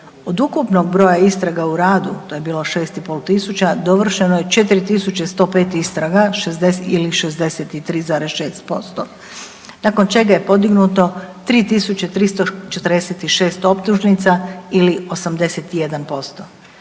Od ukupnog broja istraga u radu to je bilo 6.500 dovršeno je 4.105 istraga ili 63,6%, nakon čega je podignuto 3.346 optužnica ili 81%.